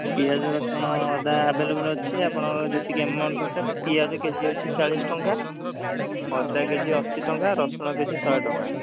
ପିଆଜ ରସୁଣ ଅଦା ଆଭେଲେବୁଲ୍ ଅଛି ଆପଣଙ୍କର ଯେତିକି ଏମାଉଣ୍ଟ୍ ଦରକାର ପିଆଜ କେ ଜି ଅଛି ଚାଳିଶ ଟଙ୍କା ଅଦା କେ ଜି ଅଶୀ ଟଙ୍କା ରସୁଣ କେ ଜି ଶହେ ଟଙ୍କା